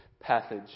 passage